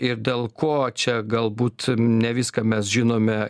ir dėl ko čia galbūt ne viską mes žinome